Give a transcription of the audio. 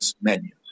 menus